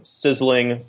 sizzling